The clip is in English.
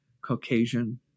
Caucasian